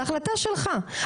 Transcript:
להחלטה שלך,